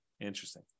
interesting